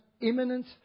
imminent